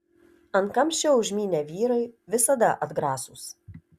ant kamščio užmynę vyrai visada atgrasūs